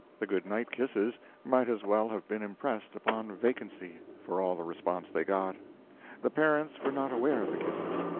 the good-night kisses might as well have been impressed upon vacancy, for all the response they got the parents were not aware of the kisses,